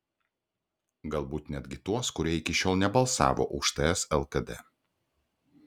galbūt netgi tuos kurie iki šiol nebalsavo už ts lkd